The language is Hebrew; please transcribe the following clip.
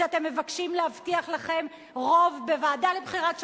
שאתם מבקשים להבטיח לכם רוב בוועדה לבחירת שופטים,